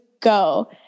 go